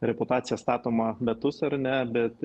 reputacija statoma metus ar ne bet